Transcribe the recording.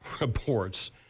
reports